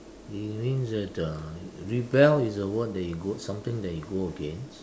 it means that the rebel is a word that you go something that you go against